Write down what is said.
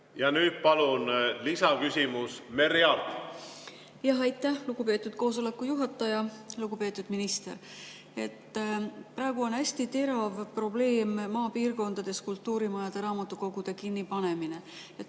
Ja nüüd palun lisaküsimus, Merry Aart! Aitäh, lugupeetud koosoleku juhataja! Lugupeetud minister! Praegu on hästi terav probleem maapiirkondades kultuurimajade ja raamatukogude kinnipanemine.